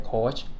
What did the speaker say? Coach